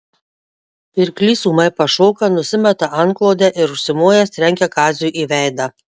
pirklys ūmai pašoka nusimeta antklodę ir užsimojęs trenkia kaziui į veidą